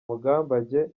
mugambage